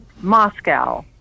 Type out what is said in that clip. Moscow